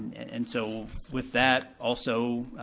and so with that, also,